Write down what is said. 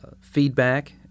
feedback